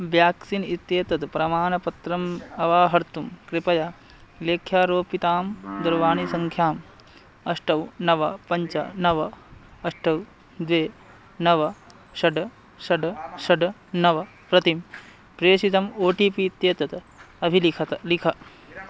vaccine इत्येतत् प्रमाणपत्रम् अवाहर्तुं कृपया लेख्यारोपितां दूरवाणीसङ्ख्याम् अष्ट नव पञ्च नव अष्ट द्वे नव षट् षट् षट् नव प्रति प्रेषितम् ओ टि पि इत्येतत् अभिलिख लिख